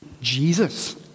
Jesus